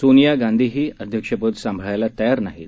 सोनिया गांधीही अध्यक्षपद सांभाळायला तयार नाहीत